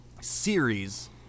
series